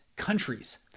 countries